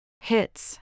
Hits